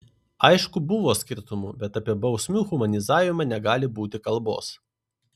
aišku buvo skirtumų bet apie bausmių humanizavimą negali būti kalbos